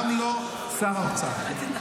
גם לא שר האוצר.